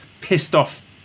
pissed-off